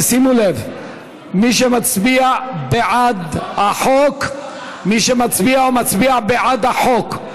מי שמצביע בעד החוק הוא מצביע בעד החוק.